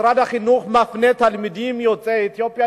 משרד החינוך מפנה תלמידים יוצאי אתיופיה